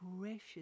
precious